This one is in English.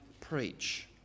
preach